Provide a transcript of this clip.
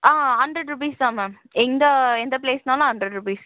ஆ hundred rupees தான் ma'am எந்த எந்த பிளேஸெனாலும் ஹண்ட்ரேட் ருபீஸ்